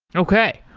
okay.